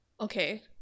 okay